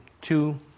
two-